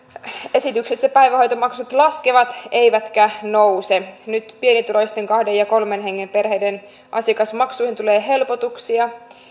esityksessä päivähoitomaksut laskevat eivätkä nouse nyt pienituloisten kahden ja kolmen hengen perheiden asiakasmaksuihin tulee helpotuksia